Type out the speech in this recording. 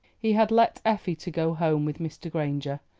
he had left effie to go home with mr. granger,